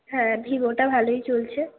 হ্যাঁ ভিভোটা ভালোই চলছে